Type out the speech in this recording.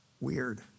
weird